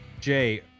Jay